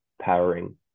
powering